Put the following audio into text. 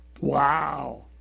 Wow